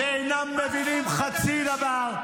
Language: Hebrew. -- ואינם מבינים חצי דבר.